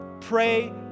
Pray